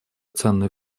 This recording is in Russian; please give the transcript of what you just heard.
ценный